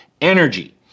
energy